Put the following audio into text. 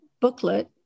booklet